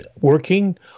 working